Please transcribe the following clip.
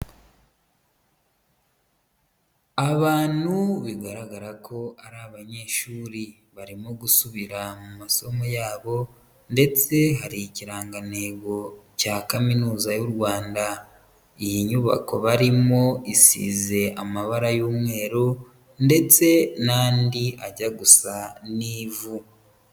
Abantu bigaragara ko ari abanyeshuri barimo gusubira mu masomo yabo ndetse hari Ikirangantego cya Kaminuza y'u Rwanda. Iyi nyubako barimo isize amabara y'umweru ndetse n'andi ajya gusa n'ivu.